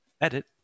edit